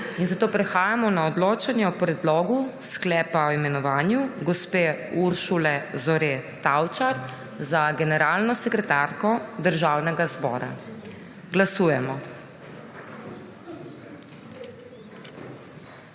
ni, zato prehajamo na odločanje o predlogu sklepa o imenovanju gospe Uršule Zore Tavčar za generalno sekretarko Državnega zbora. Glasujemo.